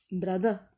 brother